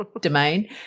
domain